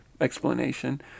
explanation